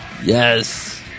Yes